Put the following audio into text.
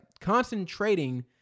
concentrating